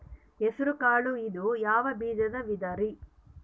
ಹೆಸರುಕಾಳು ಇದು ಯಾವ ಬೇಜದ ವಿಧರಿ?